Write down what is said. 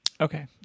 okay